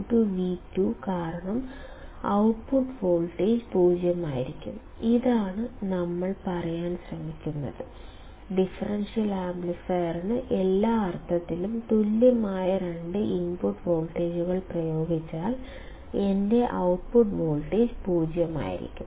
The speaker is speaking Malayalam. V1 V2 കാരണം ഔട്ട്പുട്ട് വോൾട്ടേജ് 0 ആയിരിക്കും ഇതാണ് നമ്മൾ പറയാൻ ശ്രമിക്കുന്നത് ഡിഫറൻഷ്യൽ ആംപ്ലിഫയറിന് എല്ലാ അർത്ഥത്തിലും തുല്യമായ രണ്ട് ഇൻപുട്ട് വോൾട്ടേജുകൾ പ്രയോഗിച്ചാൽ എന്റെ ഔട്ട്പുട്ട് വോൾട്ടേജ് 0 ആയിരിക്കണം